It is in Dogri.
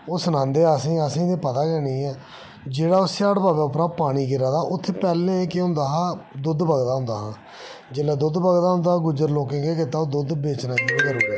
ओह् सनांदे हे असें गी असें गी ते पता गे नेईं ऐ जेह्ड़ा सिहाड़ बाबे उप्परा पानी गिरा दा ऐ उत्थै पैहेलें केह् होंदा हा दुद्ध बगदा होंदा हा जेल्लै दुद्ध बगदा होंदा हा गुज्जर लोकें केह् कीता ओह् दुद्ध बेचना शुरु कीता